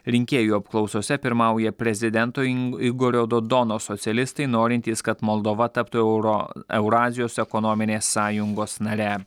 rinkėjų apklausose pirmauja prezidentui igorio dodono socialistai norintys kad moldova taptų euro eurazijos ekonominės sąjungos nare